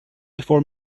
before